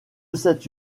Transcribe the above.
cette